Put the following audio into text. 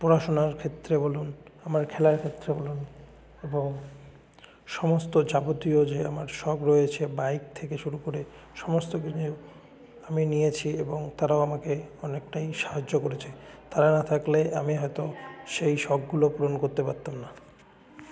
পড়াশোনার ক্ষেত্রে বলুন আমার খেলার ক্ষেত্রে বলুন এবং সমস্ত যাবতীয় যে আমার শখ রয়েছে বাইক থেকে শুরু করে সমস্ত কিছু আমি নিয়েছি এবং তারাও আমাকে অনেকটাই সাহায্য করেছে তারা না থাকলে আমি হয়তো সেই শগগুলো পূরণ করতে পারতাম না